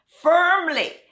Firmly